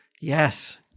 Yes